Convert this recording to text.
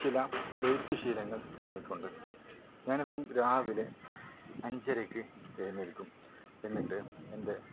ചില എഴുത്ത് ശീലങ്ങൾ എനിക്ക് ഉണ്ട് ഞാനെന്നും രാവിലെ അഞ്ചരയ്ക്ക് എഴുന്നേൽക്കും എന്നിട്ട് എൻ്റെ